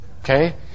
okay